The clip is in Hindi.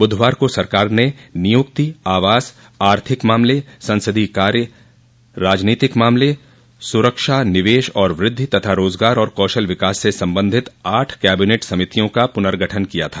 बुधवार को सरकार ने नियुक्ति आवास आर्थिक मामले संसदीय कार्य राजनीतिक मामले सुरक्षा निवेश और वृद्धि तथा रोजगार और कौशल विकास से संबंधित आठ कैबिनेट समितियों का पुर्नगठन किया था